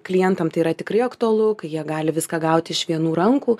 klientams tai yra tikrai aktualu kai jie gali viską gauti iš vienų rankų